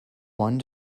one